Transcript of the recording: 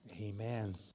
Amen